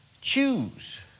choose